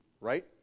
Right